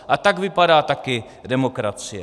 A tak vypadá taky demokracie.